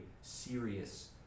serious